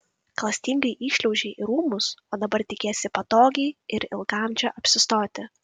klastingai įšliaužei į rūmus o dabar tikiesi patogiai ir ilgam čia apsistoti